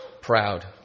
proud